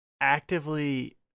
actively